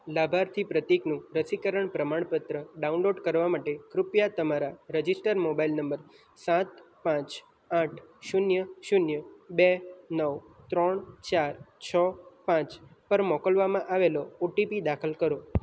લાભાર્થી પ્રતીકનું રસીકરણ પ્રમાણપત્ર ડાઉનલોડ કરવા માટે કૃપયા તમારા રજિસ્ટર્ડ મોબાઈલ નંબર સાત પાંચ આઠ શૂન્ય શૂન્ય બે નવ ત્રણ ચાર છ પાંચ પર મોકલવમાં આવેલો ઓટીપી દાખલ કરો